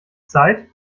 zeit